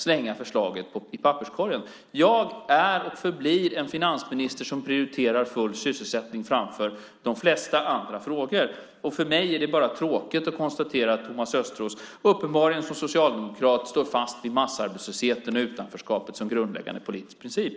Jag är och förblir en finansminister som prioriterar full sysselsättning framför de flesta andra frågor. För mig är det bara tråkigt att konstatera att Thomas Östros uppenbarligen som socialdemokrat står fast vid massarbetslösheten och utanförskapet som grundläggande politisk princip.